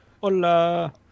Hola